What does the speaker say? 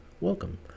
welcome